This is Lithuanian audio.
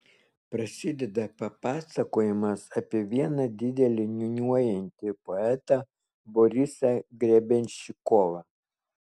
prasideda papasakojimas apie vieną didelį niūniuojantį poetą borisą grebenščikovą